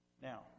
Now